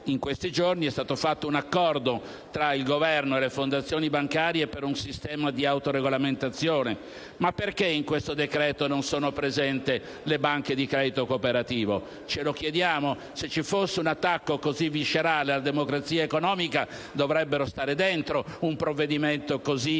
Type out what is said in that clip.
In questi giorni è stato fatto un accordo tra il Governo e le fondazioni bancarie per un sistema di auto regolamentazione. Ma perché in questo decreto-legge non sono presenti le banche di credito cooperativo? Ce lo chiediamo? Se ci fosse un attacco così viscerale alla democrazia economica, dovrebbero stare dentro un provvedimento così pesante,